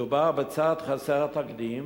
מדובר בצעד חסר תקדים,